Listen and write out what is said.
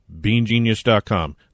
BeanGenius.com